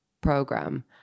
program